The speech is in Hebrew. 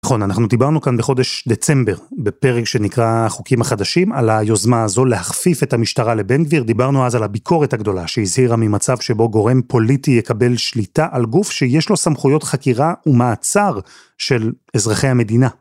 נכון אנחנו דיברנו כאן בחודש דצמבר בפרק שנקרא החוקים החדשים על היוזמה הזו להכפיף את המשטרה לבן גביר דיברנו אז על הביקורת הגדולה שהזהירה ממצב שבו גורם פוליטי יקבל שליטה על גוף שיש לו סמכויות חקירה ומעצר של אזרחי המדינה.